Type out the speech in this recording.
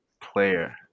player